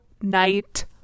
night